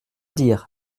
dire